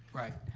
right.